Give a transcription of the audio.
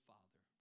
Father